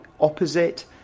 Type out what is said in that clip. opposite